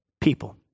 people